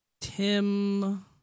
Tim